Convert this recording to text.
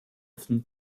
often